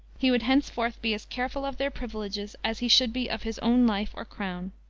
he would henceforth be as careful of their privileges as he should be of his own life or crown.